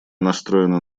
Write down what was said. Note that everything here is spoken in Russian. настроена